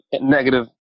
negative